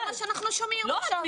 זה מה שאנחנו שומעים כאן.